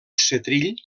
setrill